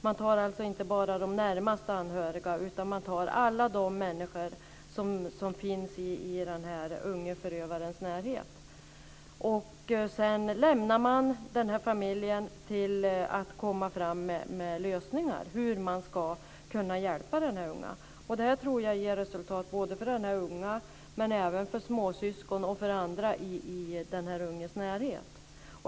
Man tar alltså inte bara med de närmast anhöriga, utan man tar med alla de människor som finns i den unge förövarens närhet. Sedan lämnar man åt den utvidgade familjen att komma med lösningar för hur man ska kunna hjälpa den här unga människan. Det tror jag ger resultat för den unge, men även för småsyskon och andra i den unges närhet.